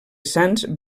sants